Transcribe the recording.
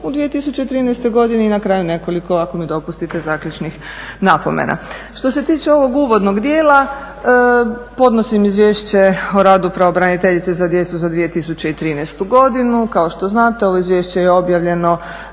u 2013. godini i na kraju nekoliko ako mi dopustite zaključnih napomena. Što se tiče ovog uvodnog dijela podnosim izvješće o radu pravobraniteljice za djecu za 2013. godinu. Kao što znate ovo Izvješće je objavljeno,